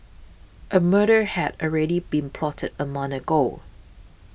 a murder had already been plotted a month ago